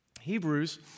Hebrews